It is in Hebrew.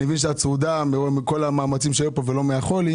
אני מבין שאת צרודה מכל המאמצים שהיו פה ולא מהחולי,